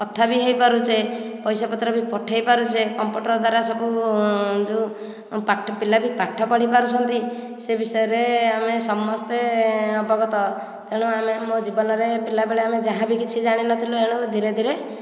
କଥା ବି ହେଇପାରୁଛେ ପଇସା ପତ୍ର ବି ପଠେଇପାରୁଛେ କମ୍ପୁଟର ଦ୍ଵାରା ସବୁ ଯେଉଁ ପାଠ ପିଲା ବି ପାଠ ପଢ଼ିପାରୁଛନ୍ତି ସେ ବିଷୟରେ ଆମେ ସମସ୍ତେ ଅବଗତ ତେଣୁ ଆମେ ମୋ ଜୀବନରେ ପିଲାବେଳେ ଆମେ ଯାହାବି କିଛି ଜାଣିନଥିଲୁ ଏଣୁ ଧୀରେ ଧୀରେ